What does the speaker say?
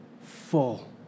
full